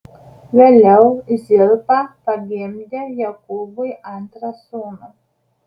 vėliau zilpa pagimdė jokūbui antrą sūnų